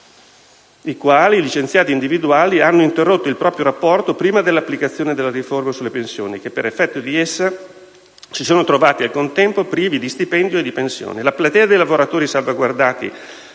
alle precedenti), i quali hanno interrotto il proprio rapporto prima dell'applicazione della riforma sulle pensioni e che, per effetto di essa, si sono trovati al contempo privi di stipendio e di pensione.